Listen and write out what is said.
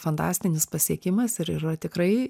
fantastinis pasiekimas ir yra tikrai